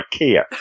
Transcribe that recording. Ikea